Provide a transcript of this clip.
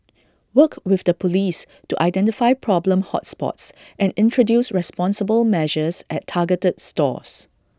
work with the Police to identify problem hot spots and introduce responsible measures at targeted stores